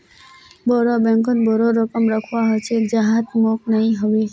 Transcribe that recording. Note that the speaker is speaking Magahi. बोरो बैंकत बोरो रकम रखवा ह छेक जहात मोक नइ ह बे